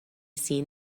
seen